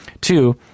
Two